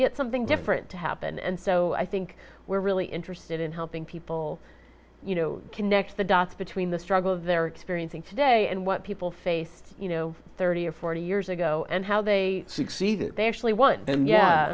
get something different to happen and so i think we're really interested in helping people you know connect the dots between the struggle of their experiencing today and what people face you know thirty or forty years ago and how they succeeded they actually w